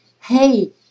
hey